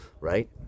right